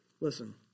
Listen